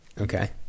Okay